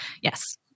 Yes